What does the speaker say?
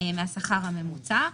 מהשכר הממוצע.